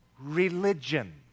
religion